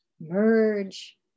merge